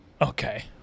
Okay